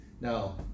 now